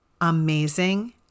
amazing